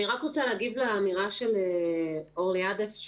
אני רק רוצה להגיב לאמירה של אורלי עדס,